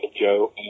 Joe